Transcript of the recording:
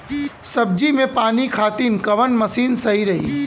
सब्जी में पानी खातिन कवन मशीन सही रही?